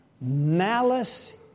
Malice